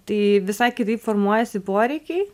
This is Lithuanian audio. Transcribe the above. tai visai kitaip formuojasi poreikiai